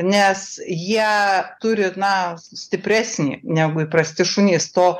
nes jie turi na stipresnį negu įprasti šunys to